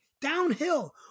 downhill